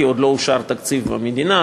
כי עוד לא אושר תקציב המדינה,